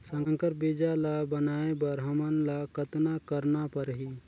संकर बीजा ल बनाय बर हमन ल कतना करना परही?